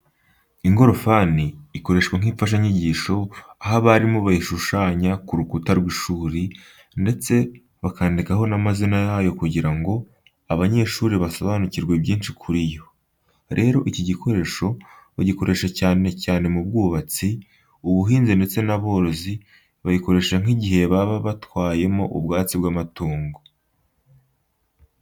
Ingorofani ikoreshwa nk'imfashanyigisho, aho abarimu bayishushanya ku rukuta rw'ishuri, ndetse bakandikaho n'amazina yayo kugira ngo abanyeshuri basobanukirwe byinshi kuri yo. Rero, iki gikoresho bagikoresha cyane cyane mu bwubatsi, ubuhinzi ndetse n'aborozi bayikoresha nk'igihe baba batwayemo ubwatsi bw'amatungo.